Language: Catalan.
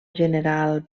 general